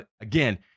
again